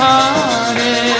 Hare